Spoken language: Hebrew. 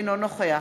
אינו נוכח